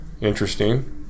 interesting